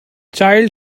child